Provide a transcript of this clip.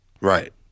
Right